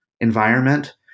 environment